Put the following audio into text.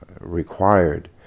required